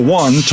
one